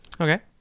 Okay